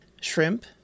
shrimp